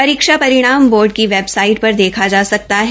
परीक्षा परिणाम बोर्ड की वेबसाइट पर देखा जा सकता है